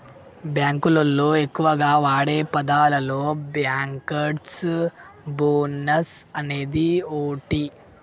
బాంకులోళ్లు ఎక్కువగా వాడే పదాలలో బ్యాంకర్స్ బోనస్ అనేది ఓటి